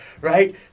Right